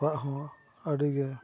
ᱟᱵᱚᱣᱟᱜ ᱦᱚᱸ ᱟᱹᱰᱤ ᱜᱮ